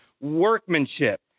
workmanship